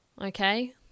okay